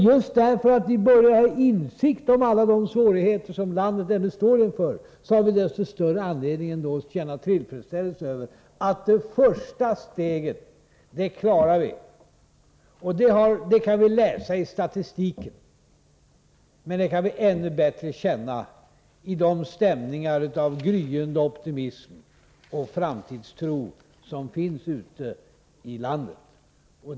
Just för att vi har insikt om alla de svårigheter som landet ännu står inför, har vi stor anledning att känna tillfredsställelse över att vi klarade det första steget. Det kan vi avläsa i statistiken, men vi kan ännu bättre känna det i de stämningar av gryende optimism och framtidstro som finns ute i landet.